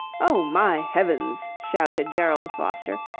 oh, my heavens! shouted gerald foster,